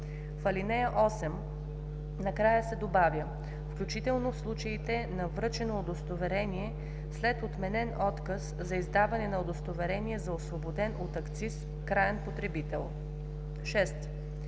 в ал. 8 накрая се добавя „включително в случаите на връчено удостоверение, след отменен отказ за издаване на удостоверение за освободен от акциз краен потребител“.